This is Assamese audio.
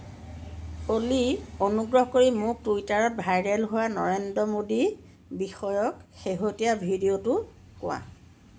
অ'লি অনুগ্ৰহ কৰি মোক টুইটাৰত ভাইৰেল হোৱা নৰেন্দ্ৰ মোদী বিষয়ক শেহতীয়া ভিডিঅ'টো কোৱা